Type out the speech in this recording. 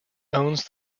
owns